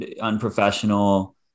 unprofessional